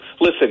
Listen